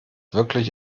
wirklich